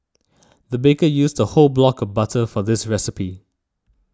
the baker used a whole block of butter for this recipe